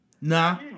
Nah